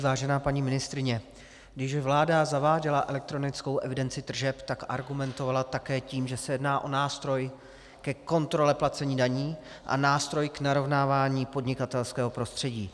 Vážená paní ministryně, když vláda zaváděla elektronickou evidenci tržeb, tak argumentovala také tím, že se jedná o nástroj ke kontrole placení daní a nástroj k narovnávání podnikatelského prostředí.